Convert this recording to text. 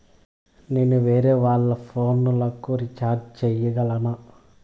నేను వేరేవాళ్ల ఫోను లకు రీచార్జి సేయగలనా?